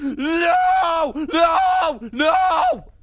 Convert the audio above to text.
no, no, no!